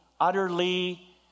utterly